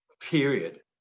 Period